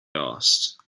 asked